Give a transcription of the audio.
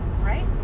right